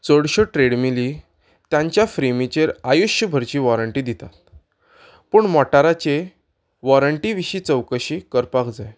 चडश्यो ट्रेडमिली तांच्या फ्रेमीचेर आयुश्य भरची वॉरंटी दितात पूण मोटाराचे वॉरंटी विशीं चवकशी करपाक जाय